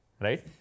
Right